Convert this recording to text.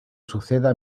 suceda